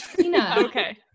Okay